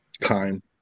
time